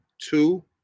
two